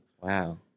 Wow